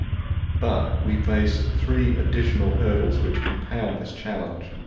but we face three additional hurdles which compound this challenge.